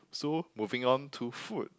so moving on to food